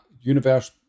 universe